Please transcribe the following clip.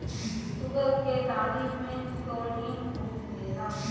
तुअर के दाली में प्रोटीन खूब मिलेला